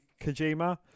Kojima